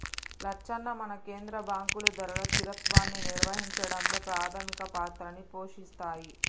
లచ్చన్న మన కేంద్ర బాంకులు ధరల స్థిరత్వాన్ని నిర్వహించడంలో పాధమిక పాత్రని పోషిస్తాయి